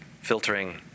filtering